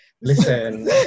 Listen